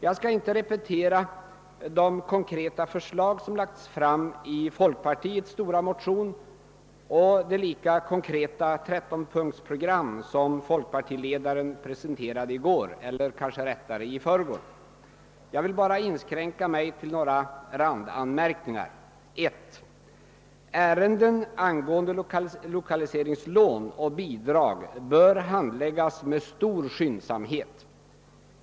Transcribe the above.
Jag skall inte repetera de konkreta förslag som lagts fram i folkpartiets stora motion och det lika konkreta trettonpunktsprogram som <folkpartiledaren presenterade i går eller rättare sagt i förrgår — det har ju hunnit bli ny dag nu. Jag inskränker mig till några randanmärkningar: 1. ärenden angående lokaliseringslån och bidrag bör handläggas med stor skyndsamhet.